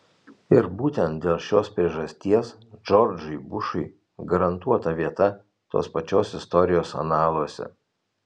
ir būtent dėl šios priežasties džordžui bušui garantuota vieta tos pačios istorijos analuose